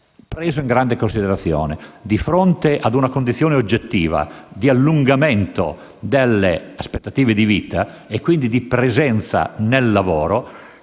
preso in grande considerazione. Di fronte a una condizione oggettiva di allungamento delle aspettative di vita e, quindi, di presenza nel lavoro,